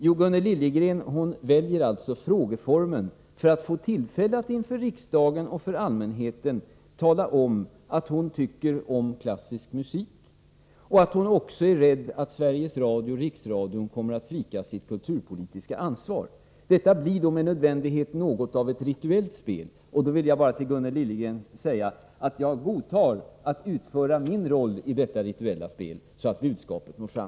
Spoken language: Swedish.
Jo, Gunnel Liljegren väljer frågeformen för att få tillfälle att inför riksdagen och allmänheten tala om att hon tycker om klassisk musik och att hon också är rädd för att Sveriges Radio och Riksradion kommer att svika sitt kulturpolitiska ansvar. Detta blir med nödvändighet något av ett rituellt spel. Jag vill till Gunnel Liljegren bara säga att jag godtar att utföra min roll i detta spel, så att budskapet når fram.